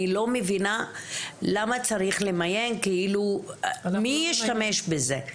אני לא מבינה למה צריך למיין, מי ישתמש בזה?